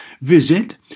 Visit